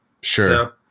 Sure